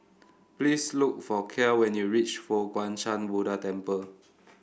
please look for Kiel when you reach Fo Guang Shan Buddha Temple